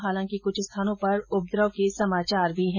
हालांकि कुछ स्थानों पर उपद्रव के समाचार भी है